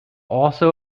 also